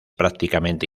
prácticamente